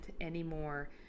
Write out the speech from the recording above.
anymore